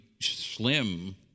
slim